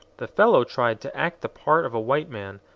the fellow tried to act the part of a white man,